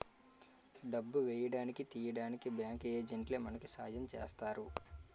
డబ్బు వేయడానికి తీయడానికి బ్యాంకు ఏజెంట్లే మనకి సాయం చేస్తారు